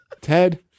Ted